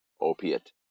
opiate